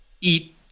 eat –